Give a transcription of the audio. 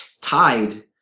tied